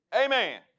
Amen